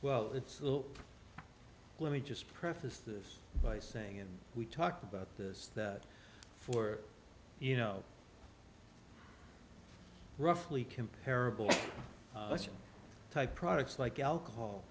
well let me just preface this by saying and we talked about this that for you know roughly comparable type products like alcohol